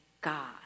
God